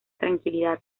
tranquilidad